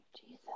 Jesus